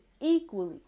equally